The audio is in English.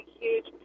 huge